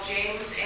James